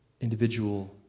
individual